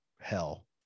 hell